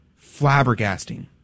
flabbergasting